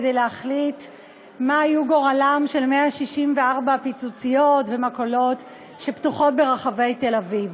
מה יהיו גורלן של 164 פיצוציות ומכולות שפתוחות ברחבי תל-אביב.